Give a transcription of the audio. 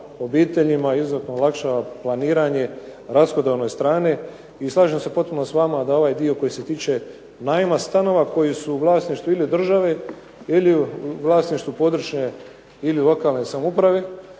obiteljima, izuzetno olakšava planiranje rashodovnoj strani i slažem se potpuno s vama da ovaj dio koji se tiče najma stanova koji su u vlasništvu ili države ili u vlasništvu područne ili lokalne samouprave